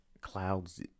clouds